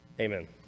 Amen